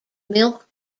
milk